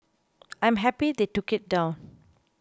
I am happy they took it down